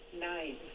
nine